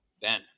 Ben